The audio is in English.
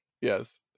Yes